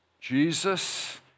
Jesus